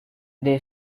they